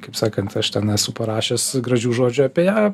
kaip sakant aš ten esu parašęs gražių žodžių apie ją